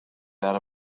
out